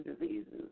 diseases